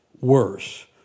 worse